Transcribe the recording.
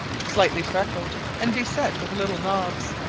slightly freckled and beset with little knobs.